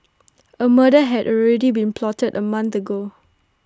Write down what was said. A murder had already been plotted A month ago